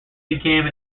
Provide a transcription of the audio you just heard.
became